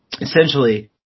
Essentially